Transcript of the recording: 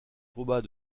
combat